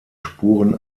spuren